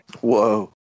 Whoa